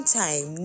time